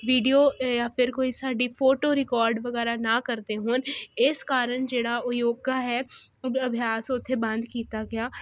video ਜਾਂ ਫੇਰ ਕੋਈ ਸਾਡੀ ਫੋਟੋ ਰਿਕੋਡ ਵਗੈਰਾ ਨਾ ਕਰਦੇ ਹੋਣ ਇਸ ਕਾਰਨ ਜਿਹੜਾ ਉਹ ਯੋਗਾ ਹੈ ਅਭਿਆਸ ਓਥੇ ਬੰਦ ਕੀਤਾ ਗਿਆ